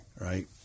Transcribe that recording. right